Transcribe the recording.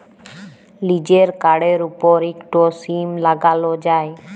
লিজের কাড়ের উপর ইকট সীমা লাগালো যায়